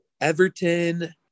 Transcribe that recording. Everton